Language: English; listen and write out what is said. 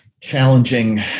challenging